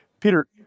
Peter